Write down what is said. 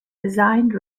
assigned